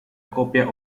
copia